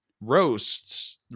roasts